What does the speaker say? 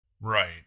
Right